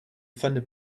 funded